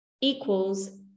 equals